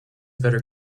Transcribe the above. better